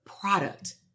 product